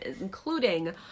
including